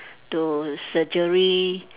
to surgery